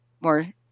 more